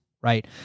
right